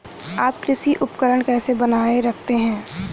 आप कृषि उपकरण कैसे बनाए रखते हैं?